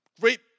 Great